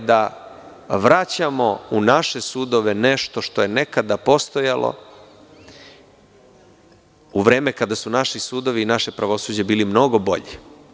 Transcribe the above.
Namera je da vraćamo u naše sudove nešto što je nekada postojalo u vreme kada su naši sudovi i naše pravosuđe bilo mnogo bolje.